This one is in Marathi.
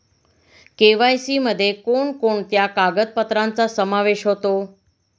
के.वाय.सी मध्ये कोणकोणत्या कागदपत्रांचा समावेश होतो?